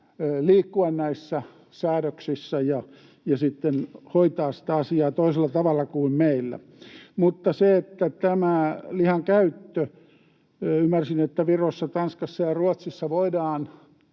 liikkua näissä säädöksissä ja hoitaa sitä asiaa toisella tavalla kuin meillä. Tässä lihan käytössä — ymmärsin, että Virossa, Tanskassa ja Ruotsissa voidaan